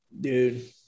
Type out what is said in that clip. Dude